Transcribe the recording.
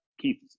Keith